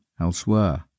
elsewhere